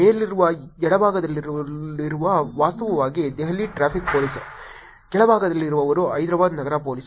ಮೇಲಿನ ಎಡಭಾಗದಲ್ಲಿರುವವರು ವಾಸ್ತವವಾಗಿ ದೆಹಲಿ ಟ್ರಾಫಿಕ್ ಪೋಲೀಸ್ ಕೆಳಭಾಗದಲ್ಲಿರುವವರು ಹೈದರಾಬಾದ್ ನಗರ ಪೊಲೀಸ್